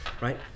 right